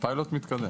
הפיילוט מתקדם.